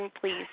please